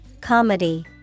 Comedy